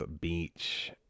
Beach